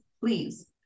Please